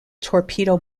torpedo